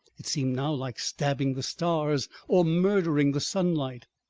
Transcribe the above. it seemed now like stabbing the stars, or murdering the sunlight.